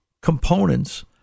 components